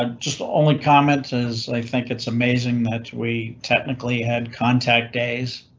um just only comment is, i think it's amazing that we technically had contact days.